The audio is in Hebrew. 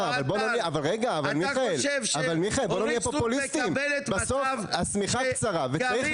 אתה חושב שאורית סטרוק מקבלת מצב שגרעין